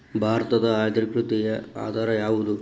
ಭಾರತದ ಆರ್ಥಿಕತೆಯ ಆಧಾರ ಯಾವುದು?